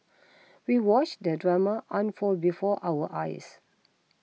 we watched the drama unfold before our eyes